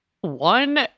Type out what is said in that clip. One